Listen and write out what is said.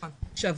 עכשיו,